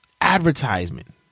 advertisement